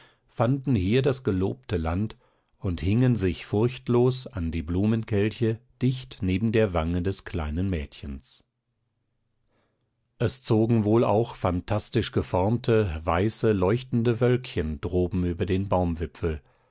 fanden hier das gelobte land und hingen sich furchtlos an die blumenkelche dicht neben der wange des kleinen mädchens es zogen wohl auch phantastisch geformte weiße leuchtende wölkchen droben über den baumwipfel